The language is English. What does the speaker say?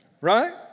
Right